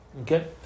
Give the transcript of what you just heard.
Okay